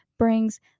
brings